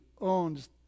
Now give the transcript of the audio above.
owns